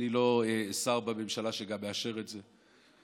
אני לא שר בממשלה שגם מאשר את זה: